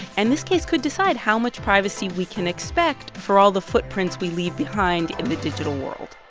and this case could decide how much privacy we can expect for all the footprints we leave behind in the digital world